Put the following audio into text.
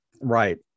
Right